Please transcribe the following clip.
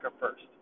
first